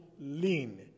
lean